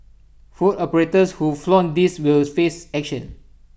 food operators who flout this will face action